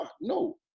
no